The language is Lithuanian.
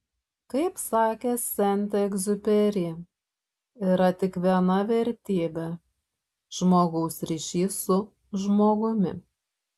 kaip sakė sent egziuperi yra tik viena vertybė žmogaus ryšys su žmogumi